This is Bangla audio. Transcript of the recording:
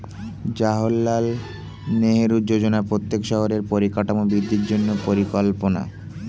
জাওহারলাল নেহেরু যোজনা প্রত্যেক শহরের পরিকাঠামোর বৃদ্ধির জন্য পরিকল্পনা